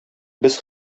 без